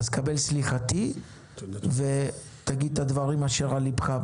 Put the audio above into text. אז קבל סליחתי ותגיד את הדברים אשר על ליבך,